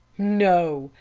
no,